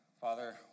Father